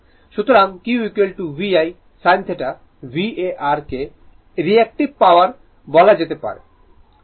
সুতরাং Q VI sin θ VAR কে reactive power বলে অভিহিত করি